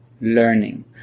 learning